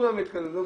שכולם הגיעו אליו,